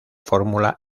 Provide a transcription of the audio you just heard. fórmula